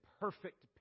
perfect